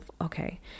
okay